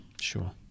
Sure